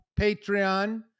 Patreon